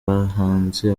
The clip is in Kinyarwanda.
abahanzi